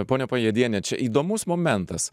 ponia pajėdiene čia įdomus momentas